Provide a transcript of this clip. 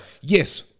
yes